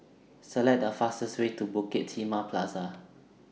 Select The fastest Way to Bukit Timah Plaza